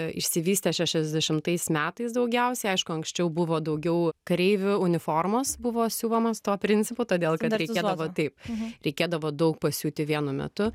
išsivystė šešiasdešimtais metais daugiausiai aišku anksčiau buvo daugiau kareivių uniformos buvo siūvomas tuo principu todėl kad reikėdavo taip reikėdavo daug pasiūti vienu metu